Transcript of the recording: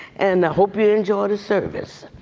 and hope you enjoy the service